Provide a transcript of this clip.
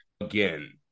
Again